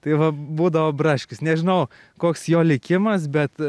tai va būdavo braškius nežinau koks jo likimas bet